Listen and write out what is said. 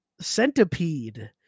Centipede